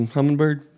Hummingbird